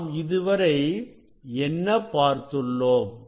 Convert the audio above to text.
நாம் இதுவரை என்ன பார்த்துள்ளோம்